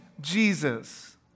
Jesus